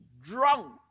Drunk